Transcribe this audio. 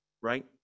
right